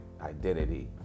identity